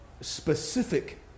specific